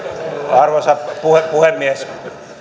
arvoisa puhemies